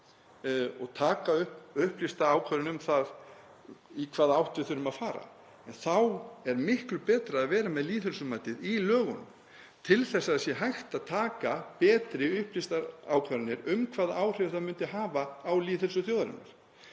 og taka upplýsta ákvörðun um það í hvaða átt við þurfum að fara. En þá er miklu betra að vera með lýðheilsumatið í lögunum til að það sé hægt að taka betur upplýstar ákvarðanir um hvaða áhrif það myndi hafa á lýðheilsu þjóðarinnar.